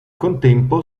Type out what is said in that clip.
contempo